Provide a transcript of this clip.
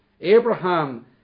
Abraham